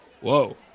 whoa